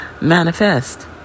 manifest